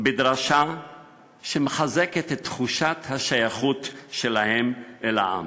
בדרשה שמחזקת את תחושת השייכות שלהם אל העם.